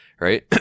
Right